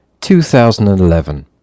2011